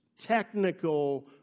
technical